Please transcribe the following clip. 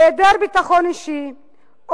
היעדר ביטחון אישי,